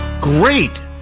great